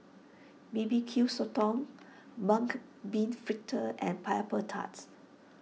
B B Q Sotong Mung Bean Fritters and Pineapple Tarts